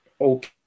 okay